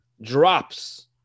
drops